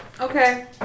Okay